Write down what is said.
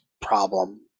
problem